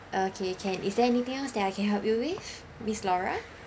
okay can is there anything else that I can help you with miss laura